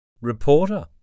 Reporter